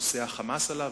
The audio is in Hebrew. נושא ה"חמאס" עלה.